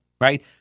right